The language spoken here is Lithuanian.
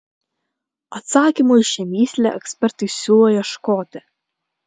atsakymo į šią mįslę ekspertai siūlo ieškoti